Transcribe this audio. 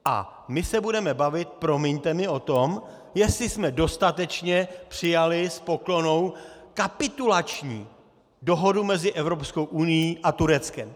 A my se budeme bavit, promiňte mi, o tom, jestli jsme dostatečně přijali s poklonou kapitulační dohodu mezi Evropskou unií a Tureckem.